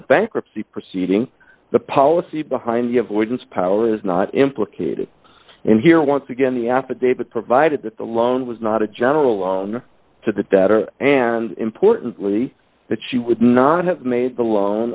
bankruptcy proceeding the policy behind give witness power is not implicated in here once again the affidavit provided that the loan was not a general on to the debtor and importantly that she would not have made the loan